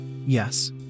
Yes